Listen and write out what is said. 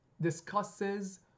discusses